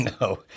No